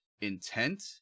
intent